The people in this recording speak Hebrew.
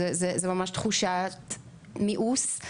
זו תחושת מיאוס.